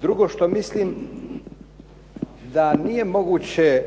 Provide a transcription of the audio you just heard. Drugo što mislim da nije moguće